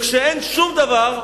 כשאין שום דבר,